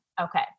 Okay